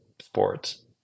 sports